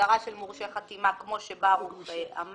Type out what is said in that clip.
הגדרה של מורשה חתימה כמו שברוך אמר.